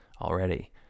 already